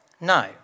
no